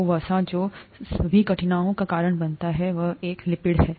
तो वसा जो भी कठिनाइयों का कारण बनता है और वह सब एक लिपिड है